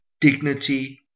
dignity